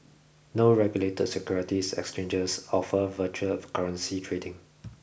no regulated securities exchangers offer virtual currency trading